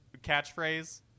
catchphrase